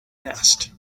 nest